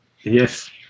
Yes